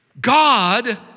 God